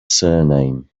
surname